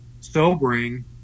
sobering